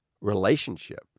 relationship